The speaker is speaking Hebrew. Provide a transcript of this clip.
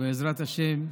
ובעזרת השם,